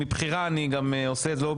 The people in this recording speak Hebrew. מבחירה אני גם עושה את זה.